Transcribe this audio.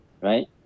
right